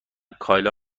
کایلا